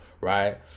right